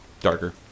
darker